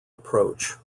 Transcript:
approach